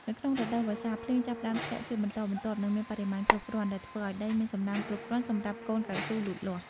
នៅក្នុងរដូវវស្សា ភ្លៀងចាប់ផ្តើមធ្លាក់ជាបន្តបន្ទាប់ និងមានបរិមាណគ្រប់គ្រាន់ ដែលធ្វើឱ្យដីមានសំណើមគ្រប់គ្រាន់សម្រាប់កូនកៅស៊ូលូតលាស់។